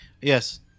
Yes